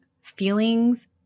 Feelings